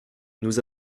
nous